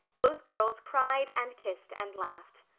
both girls cried and kissed and laughed.